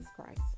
Christ